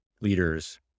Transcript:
leaders